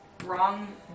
Wrong